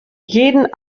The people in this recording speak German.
jeden